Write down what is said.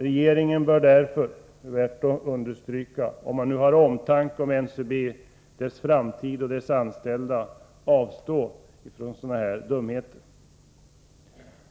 Regeringen bör därför — om man har omtanke om NCB, dess framtid och dess anställda — avstå från sådana här dumheter.